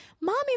Mommy